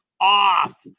off